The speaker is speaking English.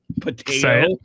Potato